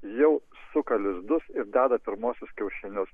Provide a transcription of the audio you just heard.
jau suka lizdus ir deda pirmuosius kiaušinius